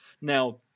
Now